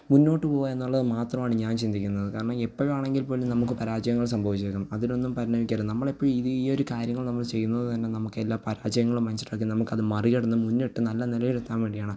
മുന്നോട്ടു പോകുക എന്നുള്ളതു മാത്രമാണ് ഞാൻ ചിന്തിക്കുന്നതു കാരണം എപ്പോഴാണെങ്കിൽ പോലും നമുക്ക് പരാജയങ്ങൾ സംഭവിച്ചേക്കും അതിലൊന്നും പറഞ്ഞേക്കരുത് നമ്മളെപ്പോഴും ഈ ഒരു കാര്യങ്ങൾ നമ്മൾ ചെയ്യുന്നതു തന്നെ നമുക്കെല്ലാ പരാചയങ്ങളും വെച്ചിട്ടായിരിക്കും നമുക്കത് മറികടന്നു മുന്നിട്ടു നല്ല നിലയിലെത്താൻ വേണ്ടിയാണ്